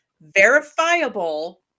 verifiable